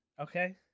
okay